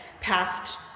past